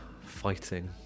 fighting